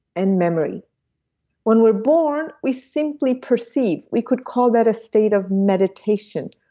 and memory when we're born we simply perceive. we could call that a state of meditation.